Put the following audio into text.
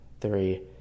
three